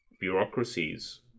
bureaucracies